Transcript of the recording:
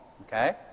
Okay